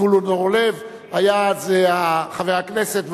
זבולון אורלב היה אז חבר הכנסת,